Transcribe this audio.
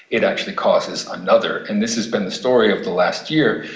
it actually causes another. and this has been the story of the last year.